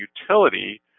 utility